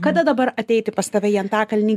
kada dabar ateiti pas tave į atakakalnį